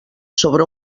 sobre